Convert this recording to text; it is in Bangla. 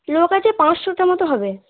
লোক আছে পাঁচশোটা মতো হবে